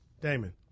Damon